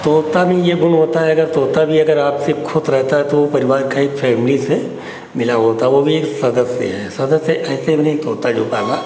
तोता में यह गुण होता है अगर तोता भी अगर आपसे ख़ुश रहता है तो वह परिवार का एक फ़ैमिली से मिला होता वह भी एक सदस्य है सदस्य ऐसे नहीं तोता जो पाला